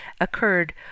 occurred